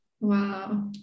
Wow